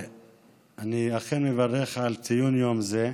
אני אכן מברך על ציון יום זה.